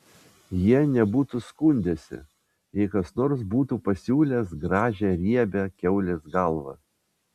jie nebūtų skundęsi jei kas nors būtų pasiūlęs gražią riebią kiaulės galvą